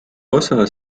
osa